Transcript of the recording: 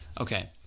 Okay